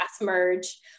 merge